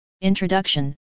introduction